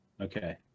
okay